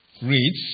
reads